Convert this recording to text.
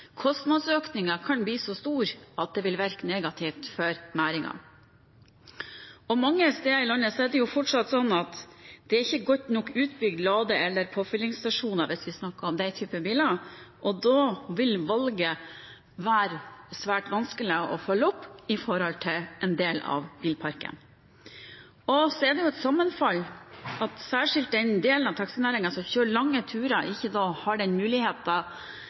Kostnadsøkningen kan bli så stor at det vil virke negativt for næringen. Mange steder i landet er det fortsatt sånn at det ikke er godt nok utbygd med lade- eller påfyllingsstasjoner – hvis vi snakker om den typen biler – og da vil valget være svært vanskelig å følge opp når det gjelder en del av bilparken. Det er også et sammenfall at særlig den delen av taxinæringen som kjører lange turer, ikke da får den